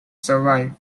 survive